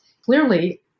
Clearly